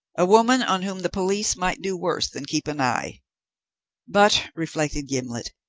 a woman on whom the police might do worse than keep an eye but, reflected gimblet,